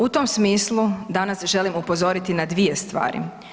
U tom smislu danas želim upozoriti na dvije stvari.